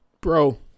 bro